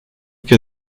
que